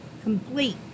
complete